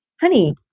honey